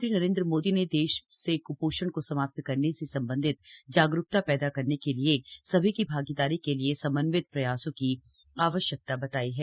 प्रधानमंत्री नरेन्द्र मोदी ने देश से क्पोषण को समाप्त करने से संबंधित जागरूकता पैदा करने के लिए सभी की भागीदारी के लिए समन्वित प्रयासों की आवश्यकता बताई है